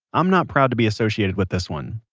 i'm not proud to be associated with this one,